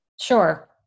Sure